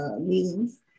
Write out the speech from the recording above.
meetings